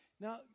Now